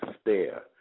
stare